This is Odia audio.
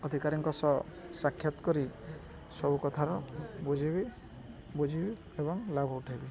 ଅଧିକାରୀଙ୍କ ସହ ସାକ୍ଷାତ କରି ସବୁ କଥାର ବୁଝିବି ବୁଝିବି ଏବଂ ଲାଭ ଉଠେଇବି